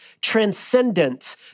transcendent